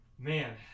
Man